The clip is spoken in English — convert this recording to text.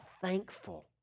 thankful